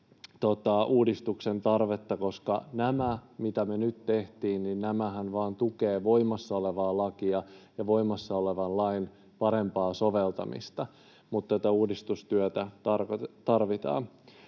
kokonaisuudistuksen tarvetta, koska nämä, mitä me nyt tehtiin, tukevat vain voimassa olevaa lakia ja voimassa olevan lain parempaa soveltamista, mutta tätä uudistustyötä tarvitaan.